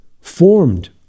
formed